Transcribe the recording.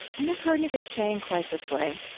i've never heard anybody say in quite this way.